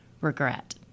regret